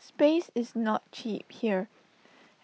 space is not cheap here